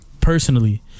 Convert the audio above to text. Personally